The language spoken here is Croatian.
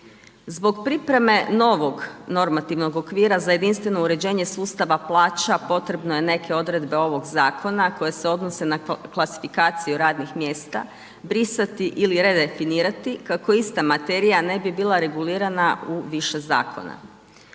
Zbog pripreme novog normativnog okvira za jedinstveno uređenje sustava plaća, potrebno je neke odredbe ovog zakona koje se odnose na klasifikaciju radnih mjesta, brisati ili redefinirati kako ista materija ne bi bila regulirana u više zakona.